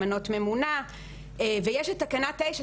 למנות ממונה ויש את תקנה מספר תשע,